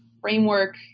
framework